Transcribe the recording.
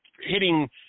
hitting –